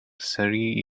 three